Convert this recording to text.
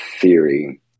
theory